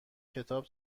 کتاب